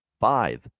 five